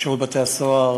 שירות בתי-הסוהר,